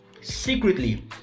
secretly